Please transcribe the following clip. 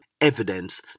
evidence